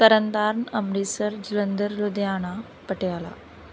Tarn Taran Amritsar Jalandhar Ludhiana Patiala